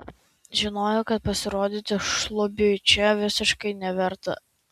žinojo kad pasirodyti šlubiui čia visiškai neverta